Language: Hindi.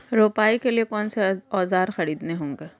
रोपाई के लिए कौन से औज़ार खरीदने होंगे?